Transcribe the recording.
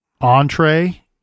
Entree